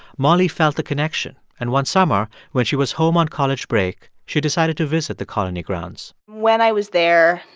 molly felt the connection, and one summer, when she was home on college break, she decided to visit the colony grounds when i was there,